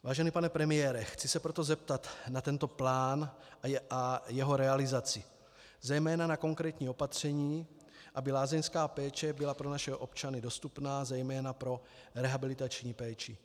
Vážený pane premiére, chci se proto zeptat na tento plán a jeho realizaci, zejména na konkrétní opatření, aby lázeňská péče byla pro naši občany dostupná, zejména pro rehabilitační péči.